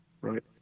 Right